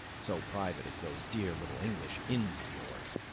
so private as those dear little english inns of yours.